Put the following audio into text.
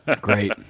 great